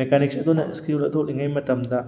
mechanics ꯑꯗꯨꯅ screw ꯂꯧꯊꯣꯛꯂꯤꯉꯩ ꯃꯇꯝꯗ